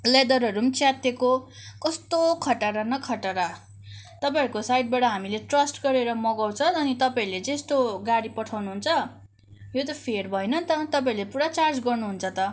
लेदरहरू पनि च्यातिएको कस्तो खटारा न खटारा तपाईँहरूको साइटबाट हामीले ट्रस्ट गरेर मगाउँछ र अनि तपाईँहरूले चाहिँ यस्तो गाडी पठाउनुहुन्छ यो त फेयर भएन त तपाईँहरूले त पुरा चार्ज गर्नुहुन्छ त